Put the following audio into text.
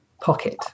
pocket